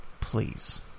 Please